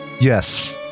Yes